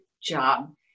job